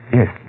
yes